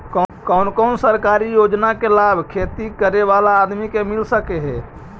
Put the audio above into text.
कोन कोन सरकारी योजना के लाभ खेती करे बाला आदमी के मिल सके हे?